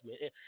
man